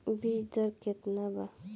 बीज दर केतना वा?